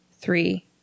three